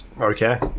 okay